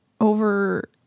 over